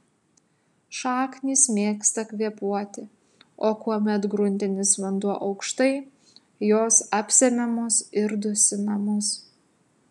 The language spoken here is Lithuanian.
šaknys mėgsta kvėpuoti o kuomet gruntinis vanduo aukštai jos apsemiamos ir dusinamos